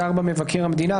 (4) מבקר המדינה,